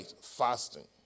fasting